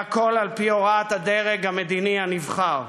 והכול על-פי הוראת הדרג המדיני הנבחר.